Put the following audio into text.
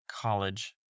college